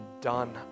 done